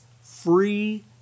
free